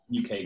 UK